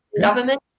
government